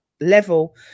level